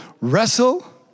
Wrestle